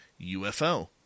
UFO